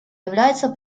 является